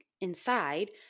inside